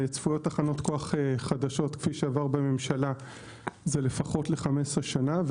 וצפויות תחנות כוח חדשות כפי שעבר בממשלה זה לפחות ל-15 שנים.